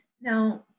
Now